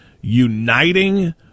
uniting